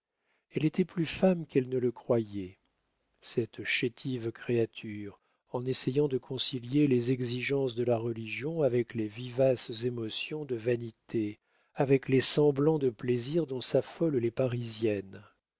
elle était plus femme qu'elle ne le croyait cette chétive créature en essayant de concilier les exigences de la religion avec les vivaces émotions de vanité avec les semblants de plaisir dont s'affolent les parisiennes